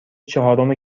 چهارم